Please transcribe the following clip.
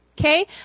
okay